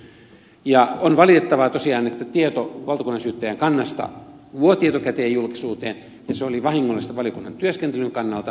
on valitettavaa tosiaan että tieto valtakunnansyyttäjän kannasta vuoti etukäteen julkisuuteen ja se oli vahingollista valiokunnan työskentelyn kannalta